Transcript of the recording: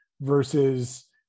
versus